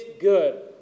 good